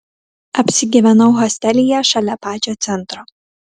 apsigyvenau hostelyje šalia pačio centro